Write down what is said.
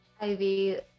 Ivy